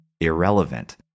irrelevant